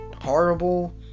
horrible